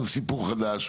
גם סיפור חדש,